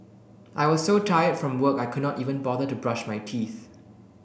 I was so tired from work I could not even bother to brush my teeth